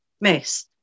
miss